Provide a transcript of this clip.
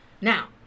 Now